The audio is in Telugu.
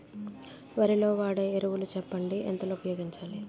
వరిలో వాడే ఎరువులు చెప్పండి? ఎంత లో ఉపయోగించాలీ?